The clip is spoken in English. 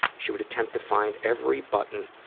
she would attempt to find every button